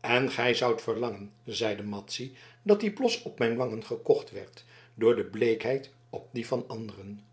en gij zoudt verlangen zeide madzy dat die blos op mijn wangen gekocht werd door de bleekheid op die van anderen